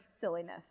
silliness